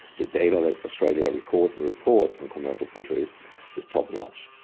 the data that australia records and reports in commercial fisheries is top notch.